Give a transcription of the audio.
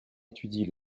étudie